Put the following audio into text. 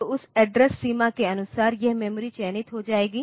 तो उस एड्रेस सीमा के अनुसार यह मेमोरी चयनित हो जाएगी